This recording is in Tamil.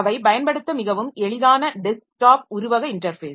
அவை பயன்படுத்த மிகவும் எளிதான டெஸ்க்டாப் உருவக இன்டர்ஃபேஸ்